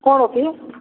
କ'ଣ